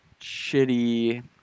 shitty